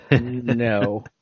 No